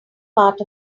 part